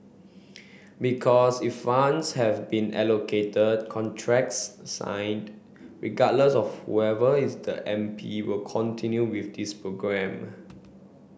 because if funds have been allocated contracts signed regardless of whoever is the M P will continue with this programme